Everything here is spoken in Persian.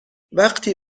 وقتی